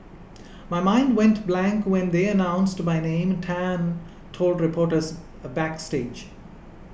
my mind went blank when they announced my name Tan told reporters a backstage